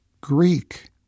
Greek